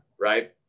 right